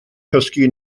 cysgu